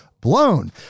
blown